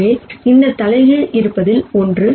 எனவே இந்த இன்வெர்ஸ் இருப்பதில் ஒன்று